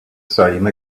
same